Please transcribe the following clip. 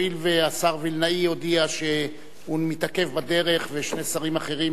הואיל והשר וילנאי הודיע שהוא מתעכב בדרך ושני שרים אחרים,